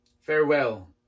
farewell